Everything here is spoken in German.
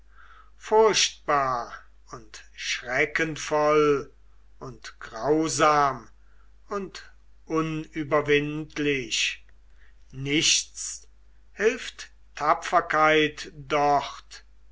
furchtbar und schreckenvoll und grausam und unüberwindlich nichts hilft tapferkeit dort